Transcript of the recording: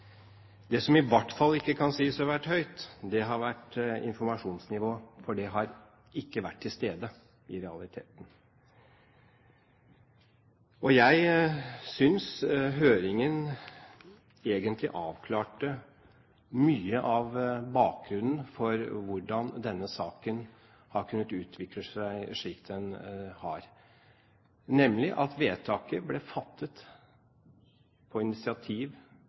Det som i hvert fall ikke kan sies å ha vært høyt, er informasjonsnivået, for det har i realiteten ikke vært til stede. Jeg synes egentlig høringen avklarte mye av bakgrunnen for hvordan denne saken har kunnet utvikle seg slik den har – nemlig at vedtaket ble fattet på initiativ